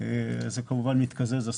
אז הסכום כמובן מתקזז.